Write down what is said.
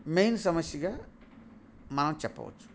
main సమస్యగా మనం చెప్పవచ్చు